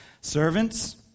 servants